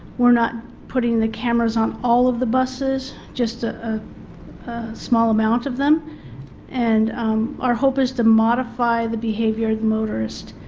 we are not putting the cameras on all of the buses, just a small amount of them and our hope is to modify the behavior the motorist.